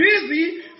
busy